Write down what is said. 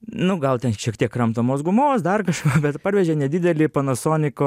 nu gal ten šiek tiek kramtomos gumos dar kažko parvežė nedidelį panasoniko